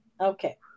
Okay